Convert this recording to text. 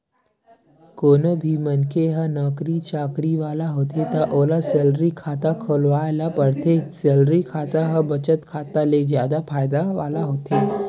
कोनो भी मनखे ह नउकरी चाकरी वाला होथे त ओला सेलरी खाता खोलवाए ल परथे, सेलरी खाता ह बचत खाता ले जादा फायदा वाला होथे